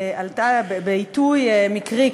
בעיתוי מקרי,